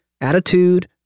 attitude